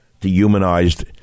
dehumanized